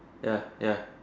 ya ya